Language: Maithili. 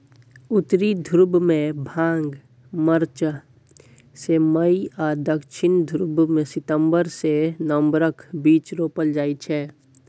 उत्तरी ध्रुबमे भांग मार्च सँ मई आ दक्षिणी ध्रुबमे सितंबर सँ नबंबरक बीच रोपल जाइ छै